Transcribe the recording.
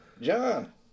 John